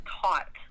taught